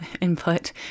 input